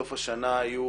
בסוף השנה היו